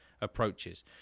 approaches